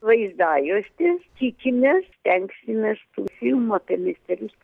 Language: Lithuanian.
vaizdajuostė tikimės stengsimės tų filmų apie miestelius